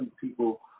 people